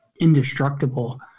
indestructible